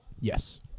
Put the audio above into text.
Yes